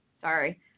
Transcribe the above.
Sorry